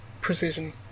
precision